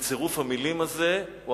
שצירוף המלים הזה נשמע,